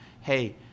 Hey